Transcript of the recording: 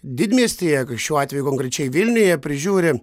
didmiestyje šiuo atveju konkrečiai vilniuje prižiūri